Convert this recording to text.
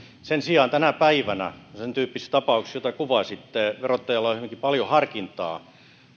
sen sijaan tänä päivänä sentyyppisissä tapauksissa joita kuvasitte verottajalla on hyvinkin paljon harkintaa